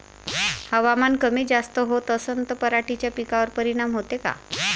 हवामान कमी जास्त होत असन त पराटीच्या पिकावर परिनाम होते का?